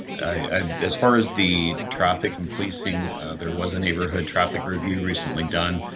i as far as the traffic and placing there was a neighborhood traffic review recently done.